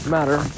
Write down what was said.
Matter